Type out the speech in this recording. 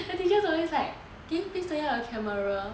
and teachers always like can you please turn on your camera